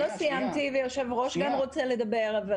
סיימתי, וגם יושב-ראש ועד ההורים רוצה לדבר.